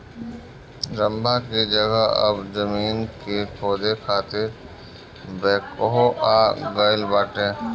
रम्भा की जगह अब जमीन के खोदे खातिर बैकहो आ गईल बाटे